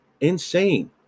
insane